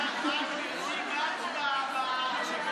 מה ההצבעה הבאה?